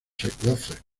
secuaces